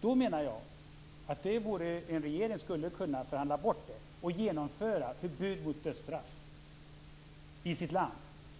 Då menar jag att en regering skulle kunna förhandla bort detta och genomföra förbud mot dödsstraff i sitt land.